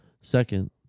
Second